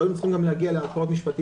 לא היינו צריכים גם להגיע לערכאות משפטיות.